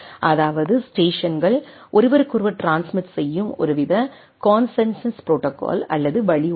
அதாவது ஸ்டேஷன்கள் ஒருவருக்கொருவர் ட்ரான்ஸ்மிட் செய்யும் ஒருவித கான்சென்சஸ் ப்ரோடோகால் அல்லது வழி உள்ளது